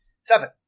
Seven